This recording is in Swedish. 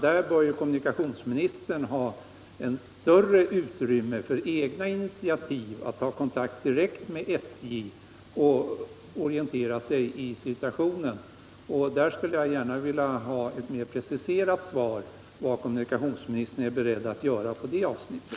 Där bör kommunikationsministern ha större utrymme för egna initiativ när det gäller att ta kontakt direkt med SJ och orientera sig om situationen. Jag skulle därför gärna vilja ha ett mer preciserat svar på frågan vad kommunikationsministern är beredd att göra på det avsnittet.